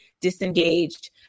disengaged